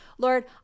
Lord